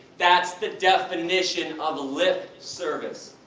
that's the definition of lip service.